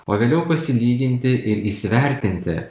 o vėliau pasilyginti ir įsivertinti